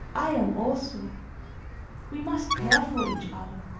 i am also we must care for each other.